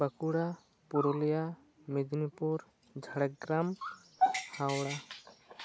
Bankura Purulia Midnapore Jhargram Howrah